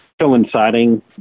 coinciding